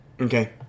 okay